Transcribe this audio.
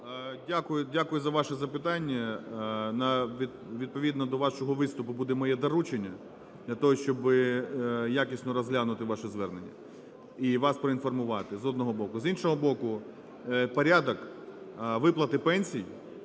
дякую за ваше запитання. Відповідно до вашого виступу буде моє доручення для того, щоби якісно розглянути ваше звернення і вас поінформувати з одного боку. З іншого боку, порядок виплати пенсій